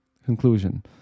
Conclusion